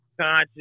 Conscious